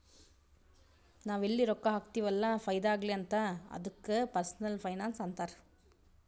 ನಾವ್ ಎಲ್ಲಿ ರೊಕ್ಕಾ ಹಾಕ್ತಿವ್ ಅಲ್ಲ ಫೈದಾ ಆಗ್ಲಿ ಅಂತ್ ಅದ್ದುಕ ಪರ್ಸನಲ್ ಫೈನಾನ್ಸ್ ಅಂತಾರ್